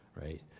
right